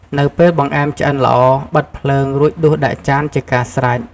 នៅពេលបង្អែមឆ្អិនល្អ បិទភ្លើង រួចដួសដាក់ចានជាការស្រេច។